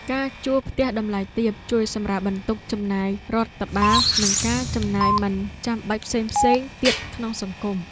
ការជួលផ្ទះតម្លៃទាបជួយសម្រាលបន្ទុកចំណាយរដ្ឋបាលនិងការចំណាយមិនចាំបាច់ផ្សេងៗទៀតក្នុងសង្គម។